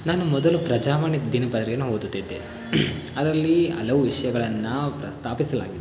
ನಾನು ಮೊದಲು ಪ್ರಜಾವಾಣಿ ದಿನಪತ್ರಿಕೆನ ಓದುತ್ತಿದ್ದೆ ಅದರಲ್ಲಿ ಹಲವು ವಿಷಯಗಳನ್ನು ಪ್ರಸ್ತಾಪಿಸಲಾಗಿತ್ತು